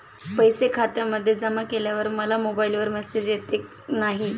पैसे खात्यामध्ये जमा केल्यावर मला मोबाइलवर मेसेज येत नाही?